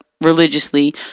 religiously